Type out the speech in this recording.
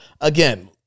again